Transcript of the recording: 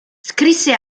scrisse